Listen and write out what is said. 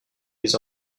les